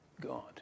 God